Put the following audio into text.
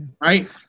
Right